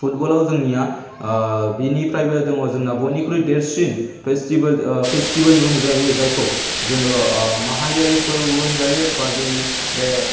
फुटबलाव जोंनिया बेनिफ्रायबो दङ जोंना बयनिख्रुइ देरसिन फेस्टिभेल फेस्टिभेल बुंजायो जायखौ जोङो माहारियारि फोरबो होनजायो बा जोंनि बे